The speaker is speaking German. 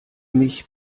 mich